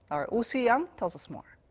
our oh soo-young tells us more.